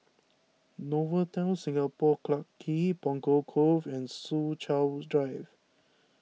Novotel Singapore Clarke Quay Punggol Cove and Soo Chow Drive